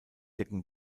decken